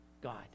God